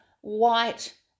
white